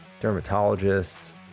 dermatologists